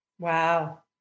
Wow